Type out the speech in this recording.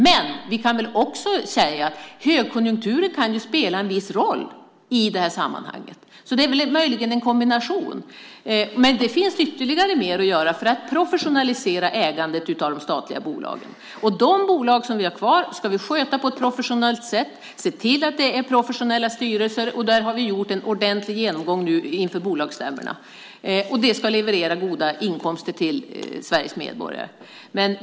Men vi kan väl också säga att högkonjunkturen kan spela en viss roll i det här sammanhanget. Möjligen är det fråga om en kombination. Det finns mer att göra för att professionalisera ägandet av de statliga bolagen. De bolag som vi har kvar ska vi sköta på ett professionellt sätt. Vi ska se till att det är professionella styrelser - där har vi gjort en ordentlig genomgång nu inför bolagsstämmorna. Bolagen ska leverera goda inkomster till Sveriges medborgare.